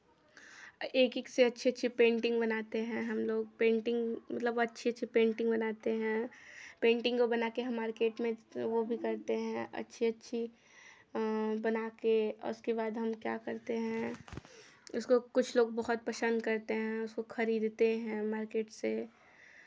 एक एक से अच्छे अच्छे पेंटिंग बनाते हैं हमलोग पेंटिंग मतलब अच्छे अच्छे पेंटिंग बनाते हैं पेंटिंग को बनाके हम मार्केट में वो भी करते हैं अच्छी अच्छी बना के उसके बाद हम क्या करते हैं उसको कुछ लोग बहुत पसंद करते हैं उसको खरीदते हैं मार्केट से